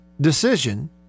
decision